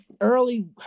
Early